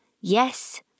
Yes